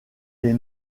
les